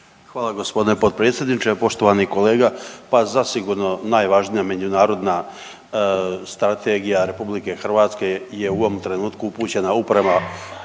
Hvala gospodine potpredsjedniče. Poštovani kolega pa zasigurno najvažnija međunarodna strategija RH je u ovom trenutku upućena uprema